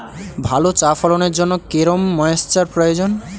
ভালো চা ফলনের জন্য কেরম ময়স্চার প্রয়োজন?